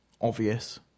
obvious